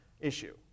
issue